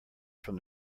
from